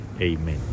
Amen